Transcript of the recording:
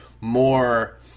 more